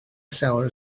llawer